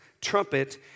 trumpet